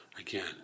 Again